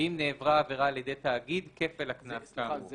ואם נעברה עבירה על-ידי תאגיד, כפל הסכום, כאמור.